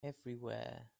everywhere